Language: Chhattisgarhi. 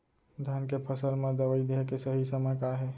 धान के फसल मा दवई देहे के सही समय का हे?